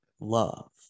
love